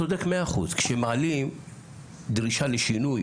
אתה צודק מאה אחוז, כשמעלים דרישה לשינוי,